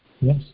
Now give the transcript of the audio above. yes